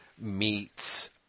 meets